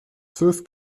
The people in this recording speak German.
zwölf